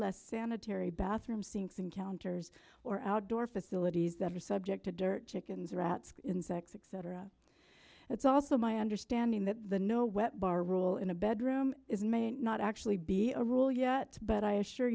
less sanitary bathroom sinks and counters or outdoor facilities that are subject to dirt chickens or rats insects successor of it's also my understanding that the no wet bar rule in a bedroom is and may not actually be a rule yet but i assure